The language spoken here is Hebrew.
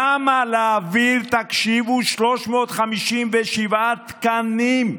למה להעביר, תקשיבו, 357 תקנים,